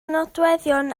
nodweddion